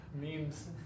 memes